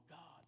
God